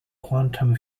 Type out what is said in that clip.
quantum